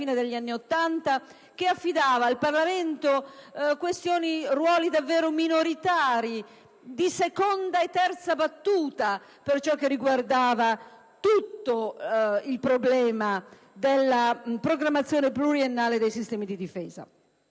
fine degli anni Ottanta, che affidava al Parlamento ruoli davvero minoritari, di seconda e terza battuta, per ciò che riguardava tutto il problema della programmazione pluriennale dei sistemi di difesa.